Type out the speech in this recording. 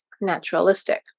naturalistic